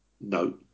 no